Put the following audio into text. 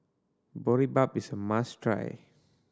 boribap is a must try